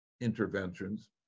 interventions